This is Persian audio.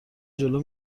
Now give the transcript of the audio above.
جلو